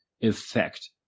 effect